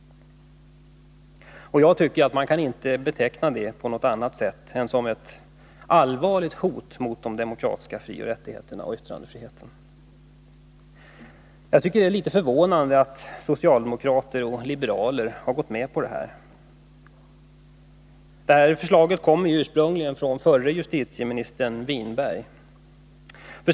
Jag tycker att man inte kan beteckna detta på något annat sätt än som ett allvarligt hot mot de demokratiska frioch rättigheterna och yttrandefriheten. Det är litet förvånande att socialdemokrater och liberaler har gått med på detta. Det här förslaget kommer ju ursprungligen från förre justitieministern Håkan Winberg.